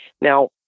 Now